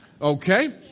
Okay